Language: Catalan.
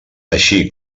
així